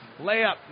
layup